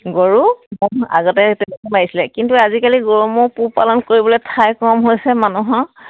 গৰু আগতে মাৰিছিলে কিন্তু আজিকালি গৰু ম'হ পোহ পালন কৰিবলৈ ঠাই কম হৈছে মানুহৰ